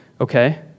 okay